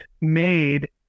made